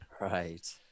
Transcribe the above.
Right